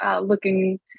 looking